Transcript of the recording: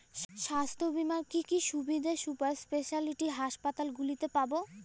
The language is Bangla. স্বাস্থ্য বীমার কি কি সুবিধে সুপার স্পেশালিটি হাসপাতালগুলিতে পাব?